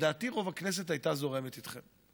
לדעתי רוב הכנסת הייתה זורמת איתכם.